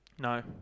No